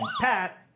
Pat